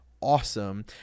awesome